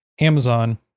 Amazon